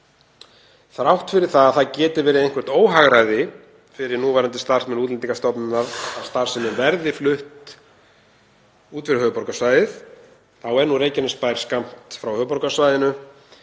Þrátt fyrir að það geti verið eitthvert óhagræði fyrir núverandi starfsmenn Útlendingastofnunar að starfsemin verði flutt út fyrir höfuðborgarsvæðið þá er Reykjanesbær skammt frá höfuðborgarsvæðinu